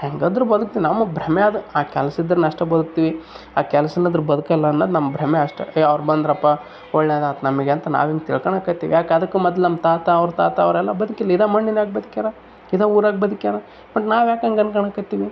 ಹೆಂಗಾದರು ಬದ್ಕು ನಮ್ಮ ಭ್ರಮೆ ಅದು ಆ ಕೆಲ್ಸ ಇದ್ರೇನ್ ಅಷ್ಟೇ ಬದ್ಕುತೀವಿ ಆ ಕೆಲ್ಸ ಇಲ್ಲಾಂದ್ರ್ ಬದ್ಕೋಲ್ಲ ಅನ್ನೋದು ನಮ್ಮ ಭ್ರಮೆ ಅಷ್ಟೇ ಹೇ ಅವ್ರು ಬಂದ್ರಪ್ಪ ಒಳ್ಳೇದಾಯ್ತ್ ನಮಗೆ ಅಂತ ನಾವು ಹಿಂಗೆ ತಿಳ್ಕೊಳೋಕತೀವಿ ಯಾಕೆ ಅದಕ್ಕೆ ಮೊದ್ಲು ನಮ್ಮ ತಾತ ಅವ್ರ ತಾತ ಅವರೆಲ್ಲ ಬದ್ಕಿರಲಿಲ್ಲ ಇದೇ ಮಣ್ಣಿನಾಗೆ ಬದುಕಿದಾರ ಇದೇ ಊರಾಗೆ ಬದುಕಿದಾರ ಬಟ್ ನಾವುಯಾಕ್ ಹಂಗೆ ಅನ್ಕೋಳೋಕತೀವಿ